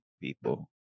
people